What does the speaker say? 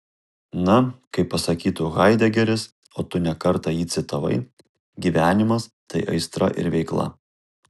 na kaip pasakytų haidegeris o tu ne kartą jį citavai gyvenimas tai aistra ir veikla